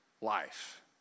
life